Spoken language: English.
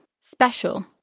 special